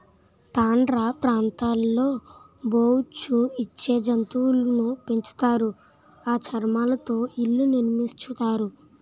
tundra ప్రాంతాల్లో బొఉచ్చు నిచ్చే జంతువులును పెంచుతారు ఆ చర్మాలతో ఇళ్లు నిర్మించుతారు